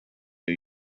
new